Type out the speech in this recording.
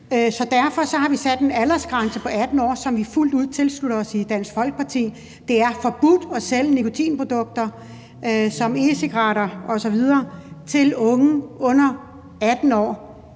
der derfor er sat en aldersgrænse på 18 år, som vi i Dansk Folkeparti fuldt ud tilslutter os. Det er forbudt at sælge nikotinprodukter som e-cigaretter osv. til unge under 18 år.